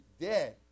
dead